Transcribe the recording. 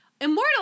Immortal